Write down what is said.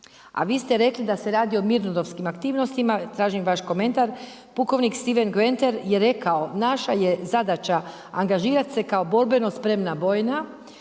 a vi ste rekli da se radi o mirnodovskim aktivnostima, tražim vaš komentar, pukovnik Steven Gventer je rekao, naša je zadaća angažirati se kao borbeno spremna bojna,